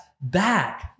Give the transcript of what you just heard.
back